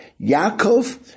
Yaakov